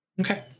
okay